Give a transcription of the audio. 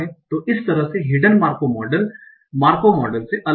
तो इस तरह से hidden Markov model Markov model से अलग हैं